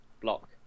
block